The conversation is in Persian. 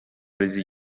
ریزی